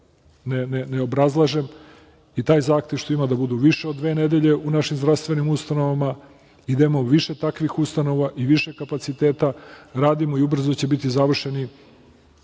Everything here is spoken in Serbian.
ne obrazlažem i taj zahtev što ima da budu više od dve nedelje u našim zdravstvenim ustanovama i da imamo više takvih ustanova i više kapaciteta, radimo i ubrzo će biti završeni